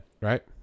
right